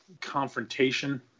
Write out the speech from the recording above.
confrontation